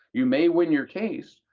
you may win your case,